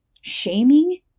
shaming